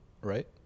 right